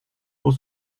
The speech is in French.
pour